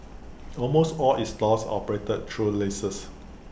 almost all its stores are operated through leases